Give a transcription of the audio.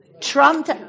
Trump